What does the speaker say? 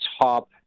top